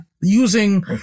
using